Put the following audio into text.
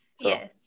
Yes